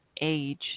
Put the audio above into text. age